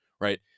right